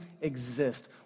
exist